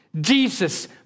Jesus